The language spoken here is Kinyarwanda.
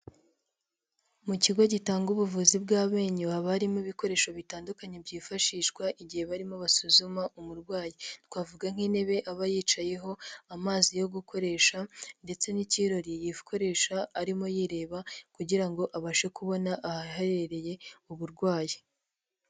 Mu kigo gitanga ubuvuzi bw'amenyo, haba harimo ibikoresho bitandukanye byifashishwa igihe barimo basuzuma umurwayi, twavuga nk'intebe aba yicayeho, amazi yo gukoresha ndetse n'ikirori yikoresha arimo yireba kugira ngo abashe kubona ahaherereye uburwayi.